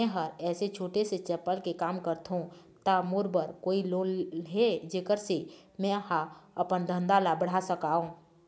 मैं हर ऐसे छोटे से चप्पल के काम करथों ता मोर बर कोई लोन हे जेकर से मैं हा अपन धंधा ला बढ़ा सकाओ?